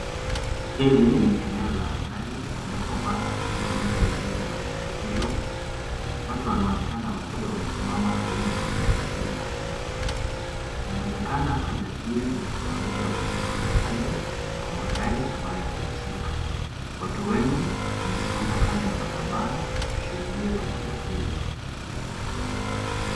Hili ni eneo la ajali, ambapo mabasi na magari mengine yameharibiwa. Watu wanaonekana wakiwa wamesimama karibu na eneo hili la ajali, inawezekana ajali hiyo ilisababisha uharibifu mkubwa kwa magari ambayo yalihusika. Watu wengi wamesimama kando ya barabara kushuhudia tukio hili.